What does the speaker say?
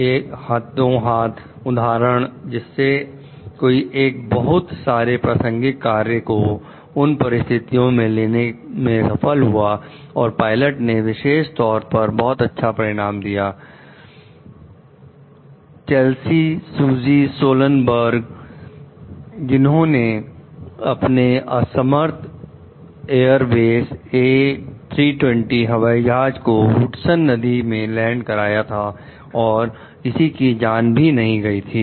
एक हाथों हाथ उदाहरण जिसमें कोई एक बहुत सारे प्रासंगिक कार्य को उन परिस्थितियों में लेने में सफल हुआ और पायलट ने विशेष तौर पर बहुत अच्छा परिणाम दिया चसली "सूली" सोलनबर्गर " जिन्होंने अपने असमर्थ एअरबस A 320 हवाई जहाज को हुडसन नदी में लैंड कराया था और किसी की जान भी नहीं गई थी